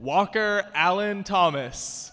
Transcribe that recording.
walker alan thomas